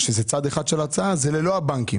שזה צד אחד של ההצעה, זה ללא הבנקים,